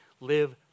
live